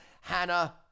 Hannah